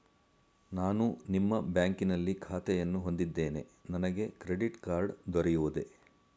ನಾನು ನಿಮ್ಮ ಬ್ಯಾಂಕಿನಲ್ಲಿ ಖಾತೆಯನ್ನು ಹೊಂದಿದ್ದೇನೆ ನನಗೆ ಕ್ರೆಡಿಟ್ ಕಾರ್ಡ್ ದೊರೆಯುವುದೇ?